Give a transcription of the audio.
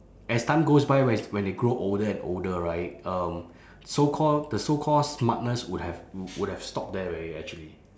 as time goes by where it's when they grow older and older right um so called the so called smartness would have would have stopped there already actually